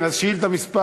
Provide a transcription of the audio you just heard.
שאילתה מס'